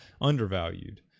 undervalued